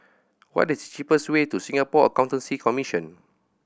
what is the cheapest way to Singapore Accountancy Commission